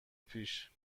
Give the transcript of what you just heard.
پیش